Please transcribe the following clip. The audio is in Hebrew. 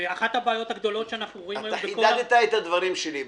אחת הבעיות הגדולות שאנחנו רואים היום --- חידדת את הדברים שלי בעצם.